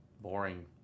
boring